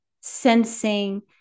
sensing